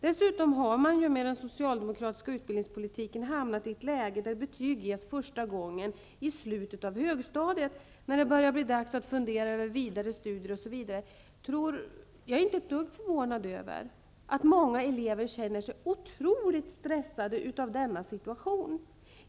Dessutom har man med den socialdemokratiska utbildningspolitiken hamnat i ett läge där betyg ges första gången i slutet av högstadiet, när det börjar bli dags att fundera över vidare studier. Jag är inte ett dugg förvånad över att många elever känner sig otroligt stressade av denna situation.